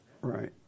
Right